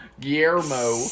guillermo